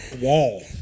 wall